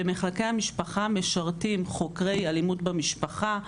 במחלקי המשפחה משרתים חוקרי אלימות במשפחה,